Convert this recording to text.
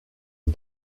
are